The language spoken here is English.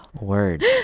words